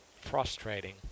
frustrating